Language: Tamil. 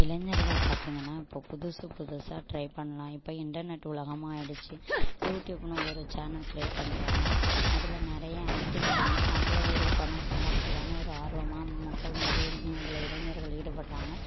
இளைஞர்கள் பார்த்தீங்கன்னா இப்போ புதுசு புதுசாக ட்ரை பண்ணலாம் இப்போ இன்டர்நெட் உலகமாக ஆயிடுச்சு யூடியூப்னு ஒரு சேனல் க்ரியேட் பண்ணுறாங்க அதில் நிறைய ஆக்டிங் பண்ணி அதில் ஒரு பணம் சம்பாதிக்கலாம்னு ஒரு ஆர்வமாக மக்கள் வந்து அதில் இளைஞர்கள் ஈடுபடுறாங்க